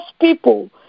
people